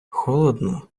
холодно